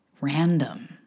random